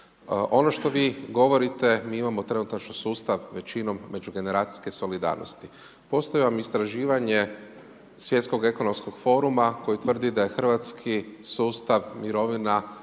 Ono što vi govorite, mi imamo trenutačno sustav većinom međugeneracijske solidarnosti. Postoji vam istraživanje Svjetskog ekonomskog foruma koji tvrdi da hrvatski sustav mirovina